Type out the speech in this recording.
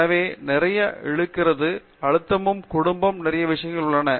எனவே நிறைய இழுக்கிறது மற்றும் அழுத்தங்கள் குடும்பம் நிறைய விஷயங்கள் உள்ளன